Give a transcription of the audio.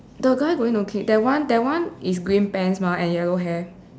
the guy going to kick that one that one is green pants mah and yellow hair